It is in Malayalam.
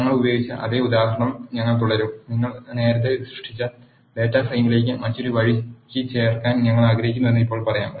ഞങ്ങൾ ഉപയോഗിച്ച അതേ ഉദാഹരണം ഞങ്ങൾ തുടരും നിങ്ങൾ നേരത്തെ സൃഷ്ടിച്ച ഡാറ്റാ ഫ്രെയിമിലേക്ക് മറ്റൊരു വരി ചേർക്കാൻ ഞങ്ങൾ ആഗ്രഹിക്കുന്നുവെന്ന് ഇപ്പോൾ പറയാം